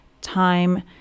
time